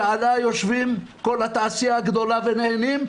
שעליה יושבים כל התעשייה הגדולה ונהנים,